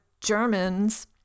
Germans